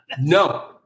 No